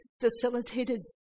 facilitated